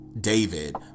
david